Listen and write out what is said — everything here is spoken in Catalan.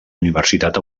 universitat